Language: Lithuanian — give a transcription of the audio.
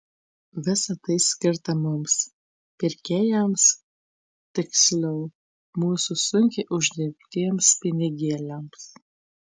visa tai skirta mums pirkėjams tiksliau mūsų sunkiai uždirbtiems pinigėliams